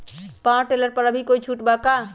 Power tiller पर अभी कोई छुट बा का?